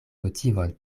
motivon